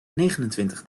negenentwintig